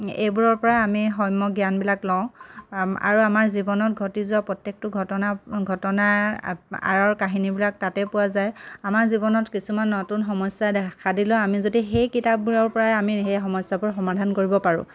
এইবোৰৰ পৰা আমি সম্য় জ্ঞানবিলাক লওঁ আৰু আমাৰ জীৱনত ঘটি যোৱা প্ৰত্যেকটো ঘটনা ঘটনাৰ আঁৰৰ কাহিনীবিলাক তাতে পোৱা যায় আমাৰ জীৱনত কিছুমান নতুন সমস্যা দেখা দিলেও আমি যদি সেই কিতাপবোৰৰ পৰাই আমি সেই সমস্যাবোৰ সমাধান কৰিব পাৰোঁ